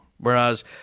Whereas